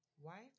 Wife